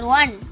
one